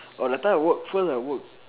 or that time I work first I work